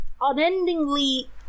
unendingly